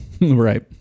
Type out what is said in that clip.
Right